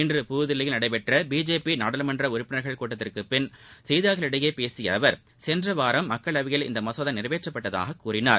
இன்று புதுதில்லியில் நடைபெற்ற பிஜேபி நாடாளுமன்ற உறுப்பினா்கள் கூட்டத்திற்குப் பின் செய்தியாளர்களிடம் பேசிய அவர் சென்ற வாரம் மக்களவையில் இந்த மசோதா நிறைவேற்றப்பட்டதாகக் கூறினார்